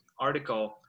article